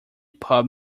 pub